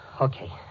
Okay